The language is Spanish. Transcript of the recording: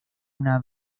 una